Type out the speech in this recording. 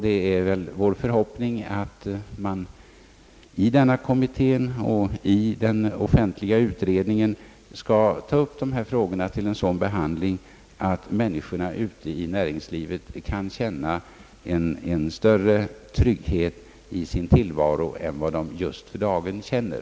Det är vår förhoppning att denna kommitté och den offentliga utredningen skall ta upp dessa frågor till behandling på ett sådant sätt att människorna ute i näringslivet skall kunna känna större trygghet i sin tillvaro än vad de just för dagen känner.